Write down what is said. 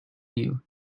you